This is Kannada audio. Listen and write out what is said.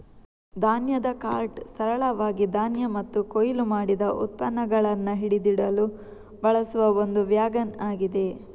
ಧಾನ್ಯದ ಕಾರ್ಟ್ ಸರಳವಾಗಿ ಧಾನ್ಯ ಮತ್ತು ಕೊಯ್ಲು ಮಾಡಿದ ಉತ್ಪನ್ನಗಳನ್ನ ಹಿಡಿದಿಡಲು ಬಳಸುವ ಒಂದು ವ್ಯಾಗನ್ ಆಗಿದೆ